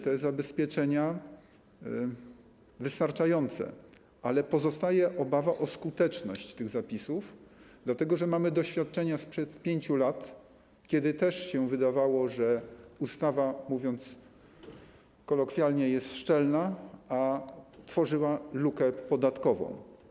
Te zabezpieczenia wydają się wystarczające, ale pozostaje obawa o skuteczność tych zapisów, dlatego że mamy doświadczenia sprzed 5 lat, kiedy też się wydawało, że ustawa, mówiąc kolokwialnie, jest szczelna, a tworzyła lukę podatkową.